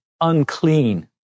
unclean